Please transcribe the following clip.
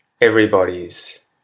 Everybody's